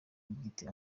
bwite